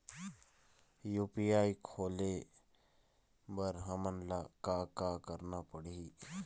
UPI खोले बर हमन ला का का करना पड़ही?